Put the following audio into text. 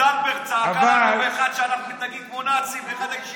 איך זנדברג צעקה יום אחד שאנחנו מתנהגים כמו נאצים באחת הישיבות.